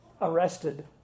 arrested